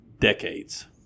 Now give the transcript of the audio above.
decades